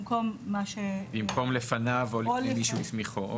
במקום לפניו או לפני מי שהסמיכו.